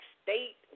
state